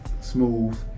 smooth